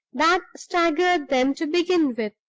that staggered them to begin with.